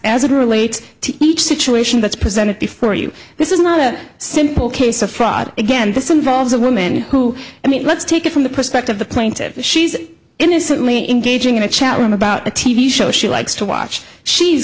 it relates to each situation that's presented before you this is not a simple case of fraud again this involves a woman who i mean let's take it from the perspective the plaintive she's innocently in gauging in a chat room about a t v show she likes to watch she